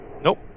Nope